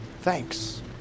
Thanks